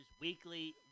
weekly